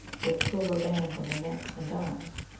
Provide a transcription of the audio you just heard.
with silver bands on their neck and arms.